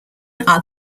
are